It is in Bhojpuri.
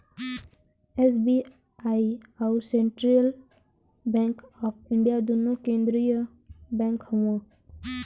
एस.बी.आई अउर सेन्ट्रल बैंक आफ इंडिया दुन्नो केन्द्रिय बैंक हउअन